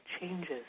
changes